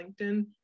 LinkedIn